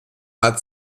hat